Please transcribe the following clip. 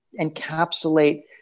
encapsulate